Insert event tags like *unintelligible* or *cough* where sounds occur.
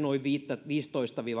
noin viitenätoistatuhantena viiva *unintelligible*